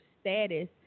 status